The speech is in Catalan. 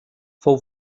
fou